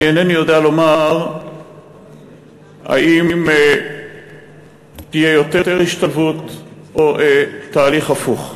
אני אינני יודע לומר אם תהיה יותר השתלבות או יהיה תהליך הפוך.